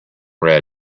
ready